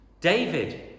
David